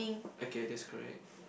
okay that's correct